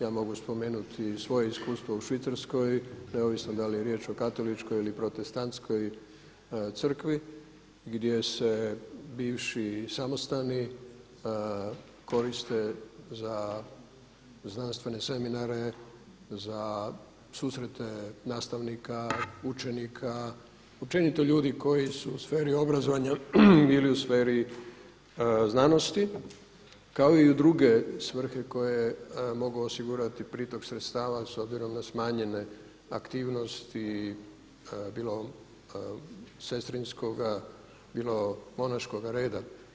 Ja mogu spomenuti i svoje iskustvo u Švicarskoj neovisno da li je riječ o Katoličkoj ili protestantskoj crkvi gdje se bivši samostani koriste za znanstvene seminare, za susrete nastavnika, učenika, općenito ljudi koji su u sferi obrazovanja ili u sferi znanosti kao i u druge svrhe koje mogu osigurati pritok sredstava s obzirom na smanjenje aktivnosti bilo sestrinskoga, bilo monaškoga reda.